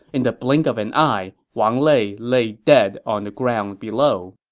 in the blink of an eye, wang lei laid dead on the ground below.